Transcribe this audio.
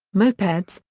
mopeds,